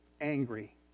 angry